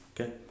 Okay